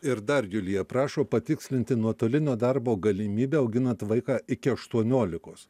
ir dar julija prašo patikslinti nuotolinio darbo galimybę auginant vaiką iki aštuoniolikos